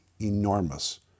enormous